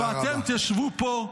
ואתם תשבו פה.